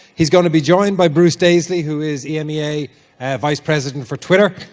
he's gonna be joined by bruce daisley, who is emea vice president for twitter,